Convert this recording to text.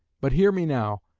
but hear me now,